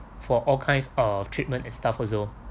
for all kinds of treatment and stuff also